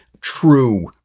true